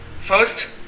First